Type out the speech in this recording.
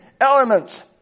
elements